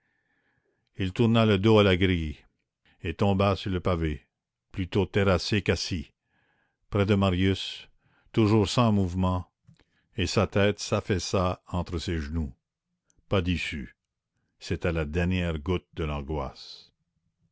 il tourna le dos à la grille et tomba sur le pavé plutôt terrassé qu'assis près de marius toujours sans mouvement et sa tête s'affaissa entre ses genoux pas d'issue c'était la dernière goutte de l'angoisse